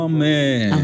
Amen